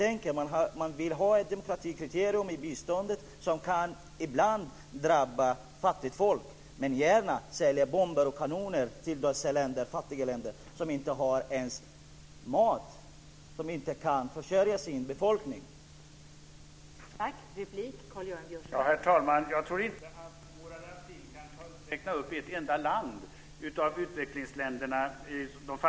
Man vill ha ett demokratikriterium för biståndet som ibland kan drabba fattigt folk, men man vill gärna sälja bomber och kanoner till dessa fattiga länder som inte kan försörja sin befolkning med mat.